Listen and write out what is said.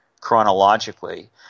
chronologically